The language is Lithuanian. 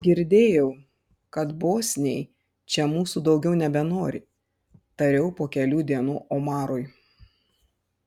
girdėjau kad bosniai čia mūsų daugiau nebenori tariau po kelių dienų omarui